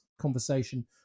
conversation